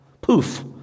Poof